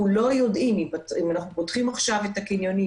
אנחנו עדיין מדברים על פנדמיה,